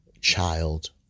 child